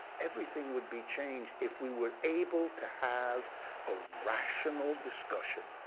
everything would be changed if we were able to have a rational discussion,